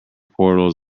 portals